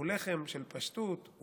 הוא לחם של פשטות.